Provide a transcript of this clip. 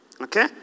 Okay